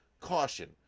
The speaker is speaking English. caution